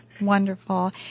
Wonderful